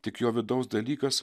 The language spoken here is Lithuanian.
tik jo vidaus dalykas